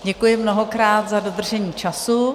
Děkuji mnohokrát za dodržení času.